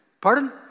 Pardon